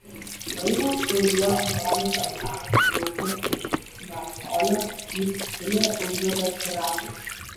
laivą kuriuo brolis antanas plaukė iš neapolio į siciliją užgrobė piratai